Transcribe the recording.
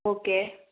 okay